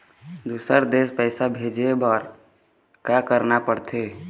दुसर देश पैसा भेजे बार का करना पड़ते?